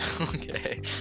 Okay